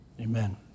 Amen